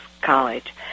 college